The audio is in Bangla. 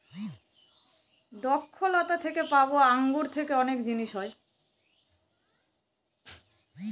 দ্রক্ষলতা থেকে পাবো আঙ্গুর থেকে অনেক জিনিস হয়